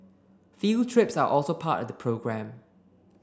field trips are also part of the programme